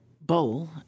bowl